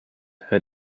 hört